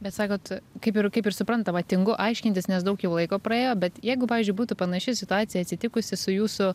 bet sakot kaip ir kaip ir suprantama tingu aiškintis nes daug jau laiko praėjo bet jeigu pavyzdžiui būtų panaši situacija atsitikusi su jūsų